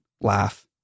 laugh